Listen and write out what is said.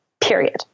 Period